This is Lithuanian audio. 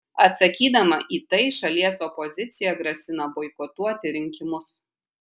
atsakydama į tai šalies opozicija grasina boikotuoti rinkimus